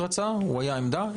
הוא היה עמדה.